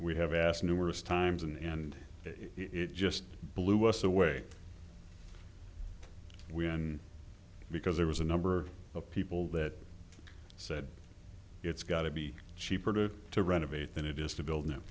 we have asked numerous times and it just blew us away when because there was a number of people that said it's got to be cheaper to to renovate than it is to build them